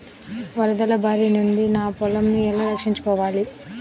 వరదల భారి నుండి నా పొలంను ఎలా రక్షించుకోవాలి?